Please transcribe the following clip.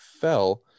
fell